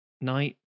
Night